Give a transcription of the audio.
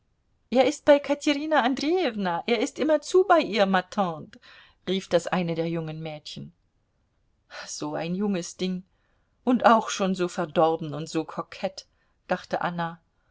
er ist bei katerina andrejewna er ist immerzu bei ihr ma tante rief das eine der jungen mädchen so ein junges ding und auch schon so verdorben und so kokett dachte anna